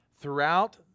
Throughout